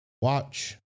Watch